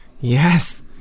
Yes